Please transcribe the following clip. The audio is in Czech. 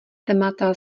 témata